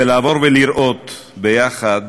ולעבור ולראות ביחד